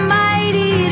mighty